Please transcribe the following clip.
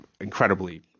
incredibly –